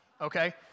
okay